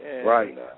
Right